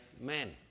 men